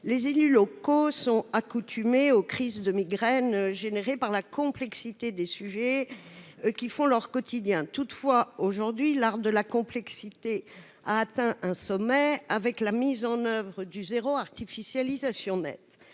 les élus locaux sont accoutumés aux crises de migraine provoquées par la complexité des sujets qui font leur quotidien. Toutefois, l'art de la complexité a atteint un sommet avec la mise en oeuvre du zéro artificialisation nette